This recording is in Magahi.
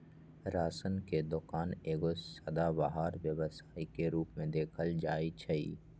राशन के दोकान एगो सदाबहार व्यवसाय के रूप में देखल जाइ छइ